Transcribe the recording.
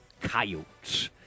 Coyotes